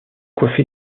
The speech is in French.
coiffé